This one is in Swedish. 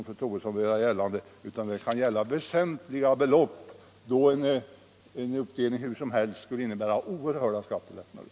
Fredagen den Jag kan ange många fall, där det inte är fråga om de små inkomster